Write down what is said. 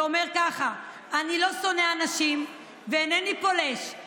שאומר ככה: "אני לא שונא אנשים / ואינני פולש /